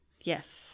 Yes